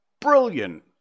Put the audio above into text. brilliant